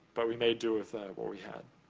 but we made do with what we had.